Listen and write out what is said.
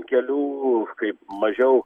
ant kelių kaip mažiau